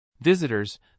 Visitors